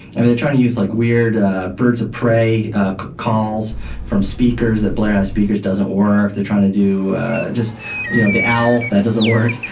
and they're trying to use like weird birds of prey calls from speakers, that blare out speakers doesn't work. they're trying to do you know the owl, that doesn't work.